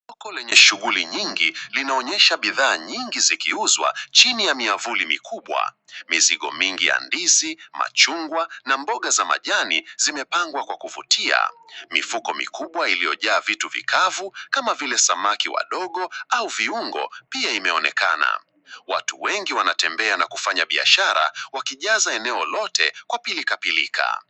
Soko lenye shughuli nyingi, linaonyesha bidhaa nyingi zikiuzwa chini ya miavuli mikubwa. Mizigo mingi ya ndizi, machungwa, na mboga za majani zimepangwa kwa kuvutia. Mifuko mikubwa iliyojaa vitu vikavu, kama vile samaki wadogo au viungo, pia imeonekana. Watu wengi wanatembea na kufanya biashara wakijaza eneo lote kwa pilikapilika.